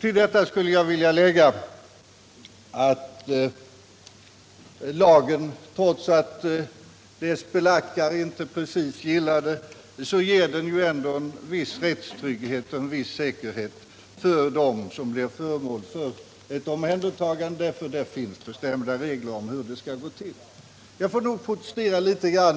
Till detta skulle jag vilja lägga att lagen, trots att dess belackare inte precis gillar den, ger en viss rättstrygghet och en viss säkerhet för dem som blir föremål för ett omhändertagande. Det finns bestämda regler om hur ett sådant skall gå till. Jag får nog protestera litet